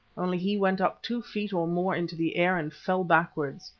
only he went up two feet or more into the air and fell backwards,